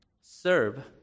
Serve